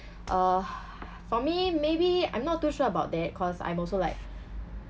uh for me maybe I'm not too sure about that cause I'm also like